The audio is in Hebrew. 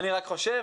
אני רק חושב